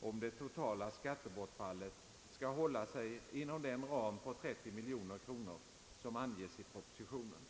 om det totala skattebortfallet skall hålla sig inom den ram på 30 miljoner kronor som anges i propositionen.